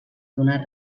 donar